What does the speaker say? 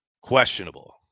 Questionable